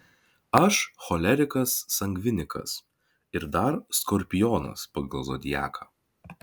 aš cholerikas sangvinikas ir dar skorpionas pagal zodiaką